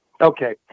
Okay